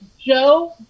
Joe